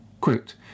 Quote